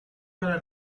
para